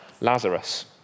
Lazarus